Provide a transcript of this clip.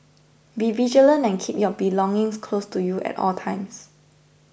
be vigilant and keep your belongings close to you at all times